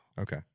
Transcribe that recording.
Okay